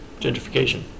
gentrification